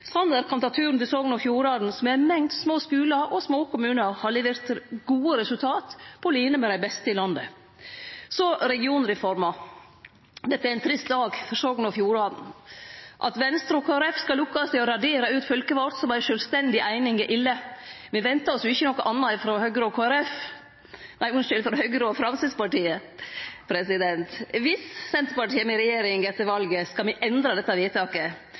Sanner kan ta turen til Sogn og Fjordane, som med ei mengd små skular og små kommunar har levert gode resultat, på line med dei beste i landet. Så til regionreforma: Dette er ein trist dag for Sogn og Fjordane. At Venstre og Kristeleg Folkeparti skal lukkast i å radere ut fylket vårt som ei sjølvstendig eining, er ille. Me venta jo ikkje noko anna frå Høgre og Framstegspartiet. Dersom Senterpartiet kjem i regjering etter valet, skal me endre dette